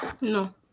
No